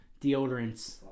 deodorants